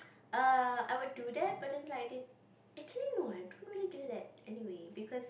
err I would do that but it isn't like this actually no eh I don't really do that anyway because